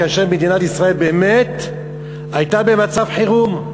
כאשר מדינת ישראל באמת הייתה במצב חירום.